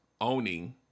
owning